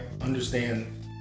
understand